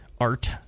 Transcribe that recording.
art